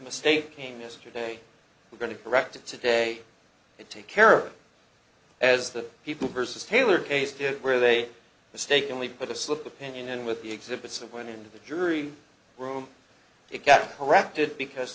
the state came yesterday we're going to correct it today and take care of it as the people versus taylor case did where they mistakenly put a slip opinion in with the exhibits and went into the jury room it got corrected because